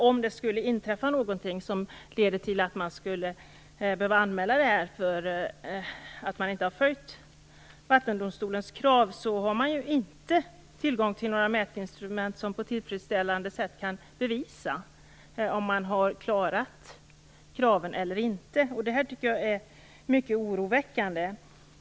Om det skulle inträffa någonting som leder till att man skulle behöva anmäla det här därför att Vattendomstolens krav inte har följts, har man inte tillgång till mätinstrument som på tillfredsställande sätt kan bevisa om man har klarat kraven eller inte. Jag tycker att detta är mycket oroväckande.